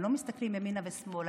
הם לא מסתכלים ימינה ושמאלה.